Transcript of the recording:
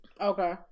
Okay